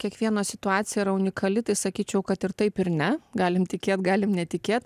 kiekvieno situacija yra unikali tai sakyčiau kad ir taip ir ne galim tikėt galim netikėt